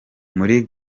muri